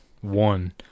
one